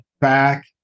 back